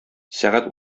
сәгать